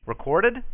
Recorded